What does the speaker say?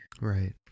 Right